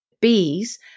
Bees